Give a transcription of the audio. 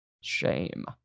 shame